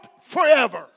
forever